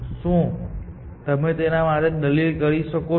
શું તમે તેના માટે દલીલ કરી શકો છો